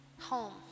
home